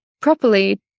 properly